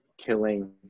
killing